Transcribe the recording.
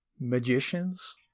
magicians